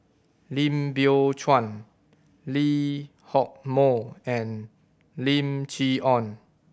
Lim Biow Chuan Lee Hock Moh and Lim Chee Onn